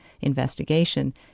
investigation